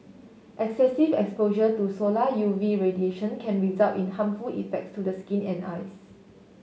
excessive exposure to solar U V radiation can result in harmful effects to the skin and eyes